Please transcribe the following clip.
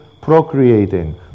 procreating